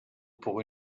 pour